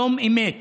שלום אמת.